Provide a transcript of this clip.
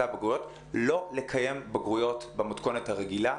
הבגרויות לא לקיים בגרויות במתכונת הרגילה,